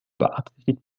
beabsichtigt